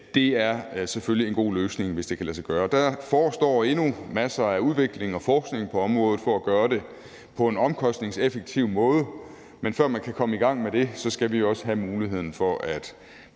fra, er selvfølgelig en god løsning, hvis det kan lade sig gøre. Der forestår endnu masser af udvikling og forskning på området for at kunne gøre det på en omkostningseffektiv måde, men før man kan komme i gang med det, skal vi også have muligheden for at